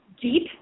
deep